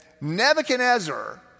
Nebuchadnezzar